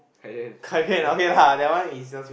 Kai-Lian